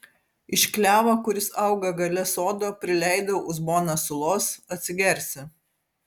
iš klevo kuris auga gale sodo prileidau uzboną sulos atsigersi